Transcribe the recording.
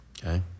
Okay